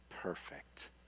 perfect